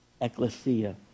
Ecclesia